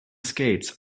skates